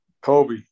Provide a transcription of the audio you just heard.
Kobe